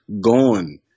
gone